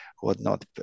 whatnot